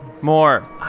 more